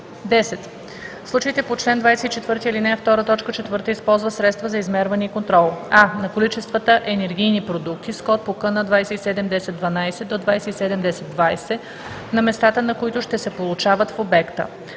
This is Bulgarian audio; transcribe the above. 10. в случаите по чл. 24, ал. 2, т. 4 използва средства за измерване и контрол: а) на количествата енергийни продукти с код по КН 2710 12 до 2710 20, на местата на които ще се получават в обекта;